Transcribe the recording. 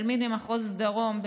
תלמיד ממחוז דרום,